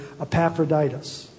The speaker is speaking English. Epaphroditus